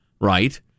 right